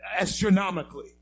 astronomically